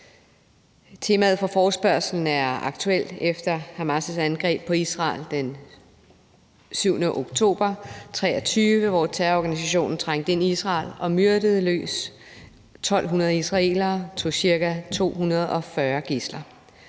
Temaet for forespørgslen er aktuelt efter Hamas' angreb på Israel den 7. oktober 2023, hvor terrororganisationen trængte ind i Israel og myrdede løs – 1.200 israelere – og tog ca. 240 gidsler.